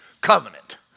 covenant